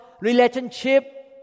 relationship